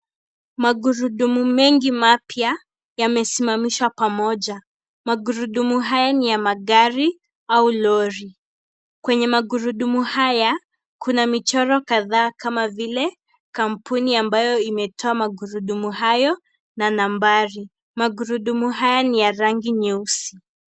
Magurudumu mengi mapya yamesimamishwa pamoja, magurudumu haya ni ya magari au Lori. Kwenye magurudumu haya kuna michoro kadha kama vile kampuni ambaye imetoa magurudumu hayo na nambari. Magurudumu haya ni ya rangi ya nyeusi.